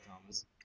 Thomas